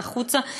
החוצה,